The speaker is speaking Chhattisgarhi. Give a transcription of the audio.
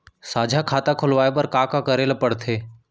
साझा खाता खोलवाये बर का का करे ल पढ़थे?